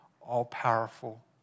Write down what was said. all-powerful